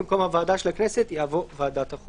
היא העדיפה גם מבחינת שיקולים של הקוהרנטיות